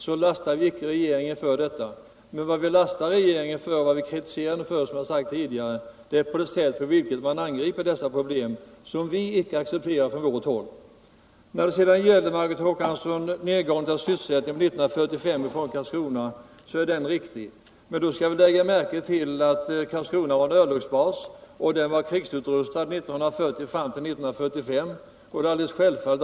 Men vi kritiserar regeringen — jag har sagt det tidigare — för det sätt på vilket den angriper dessa problem. Från vårt håll accepterar vi inte detta. I fråga om nedgången i sysselsättningen 1945 i Karlskrona är Margot Håkanssons påstående riktigt. Men då skall vi lägga märke till att Karlskrona var en örlogsbas och att denna var krigsutrustad från 1940 och fram till 1945.